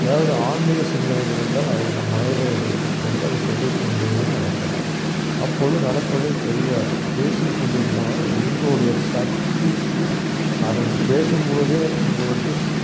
எதாவது ஆன்மீக சிந்தனைகள் இருந்தால் அதை நம் மனதிலே வைத்துக்கொண்டு அதை சொல்லிக் கொண்டே நடக்கலாம் அப்பொழுது நடப்பதே தெரியாது பேசிக்கொண்டு போனால் உங்களுடைய சக்தி அதை பேசும்பொழுதே உங்களுக்கு